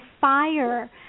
fire